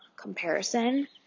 comparison